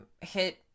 hit